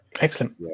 excellent